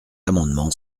amendement